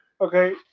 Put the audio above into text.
okay